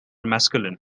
masculine